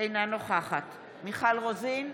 אינה נוכחת מיכל רוזין,